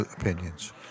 opinions